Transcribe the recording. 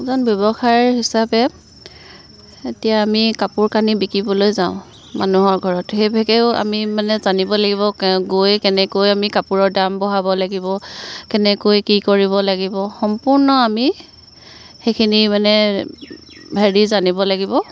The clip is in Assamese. এজন ব্যৱসায়ী হিচাপে এতিয়া আমি কাপোৰ কানি বিকিবলৈ যাওঁ মানুহৰ ঘৰত সেইভাগেও আমি মানে জানিব লাগিব গৈ কেনেকৈ আমি কাপোৰৰ দাম বঢ়াব লাগিব কেনেকৈ কি কৰিব লাগিব সম্পূৰ্ণ আমি সেইখিনি মানে হেৰি জানিব লাগিব